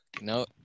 no